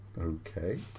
okay